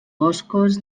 boscos